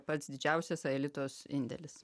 pats didžiausias aelitos indėlis